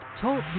Talk